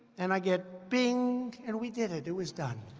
and i get bing and we did it. it was done.